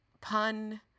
pun